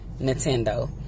Nintendo